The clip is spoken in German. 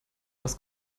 was